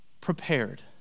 prepared